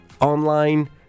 online